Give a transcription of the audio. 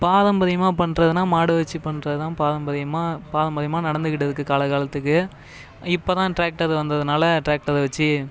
பாரம்பரியமாக பண்ணுறதுனா மாடு வச்சு பண்ணுறதுதான் பாரம்பரியமாக பாரம்பரியமாக நடந்துக்கிட்டு இருக்குது காலக்காலத்துக்கு இப்போதான் டிராக்டர் வந்ததுனால் டிராக்டரை வச்சு